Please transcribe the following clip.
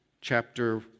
chapter